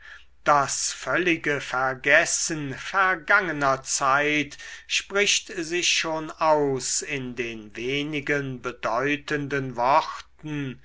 das völlige vergessen vergangener zeit spricht sich schon aus in den wenigen bedeutenden worten